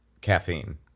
caffeine